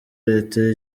leta